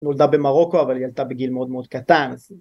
נולדה במרוקו, אבל היא עלתה בגיל מאוד מאוד קטן.